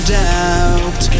doubt